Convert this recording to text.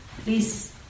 please